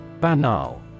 Banal